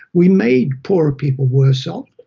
we made poorer people worse off,